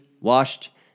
washed